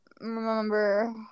remember